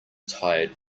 tired